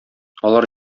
алар